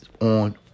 on